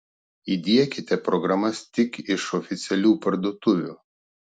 įdiekite programas tik iš oficialių parduotuvių